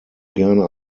gerne